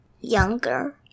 younger